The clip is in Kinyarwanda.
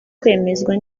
kwemezwa